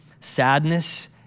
sadness